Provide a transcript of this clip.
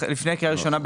לפני קריאה ראשונה,